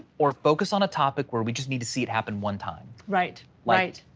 or focus on a topic where we just need to see it happen one time. right, right.